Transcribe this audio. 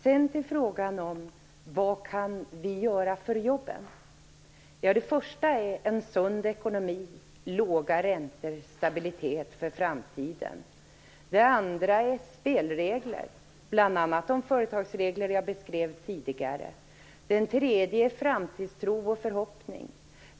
Så till frågan om vad vi kan göra för jobben. Det första är en sund ekonomi, låga räntor, stabilitet för framtiden. Det andra är spelregler, bl.a. de företagsregler jag beskrev tidigare. Det tredje är framtidstro och förhoppning.